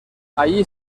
allí